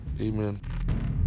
amen